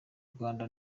rwanda